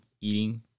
eating